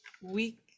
week